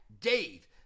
Dave